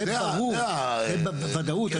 זה בוודאות.